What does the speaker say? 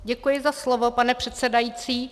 Děkuji za slovo, pane předsedající.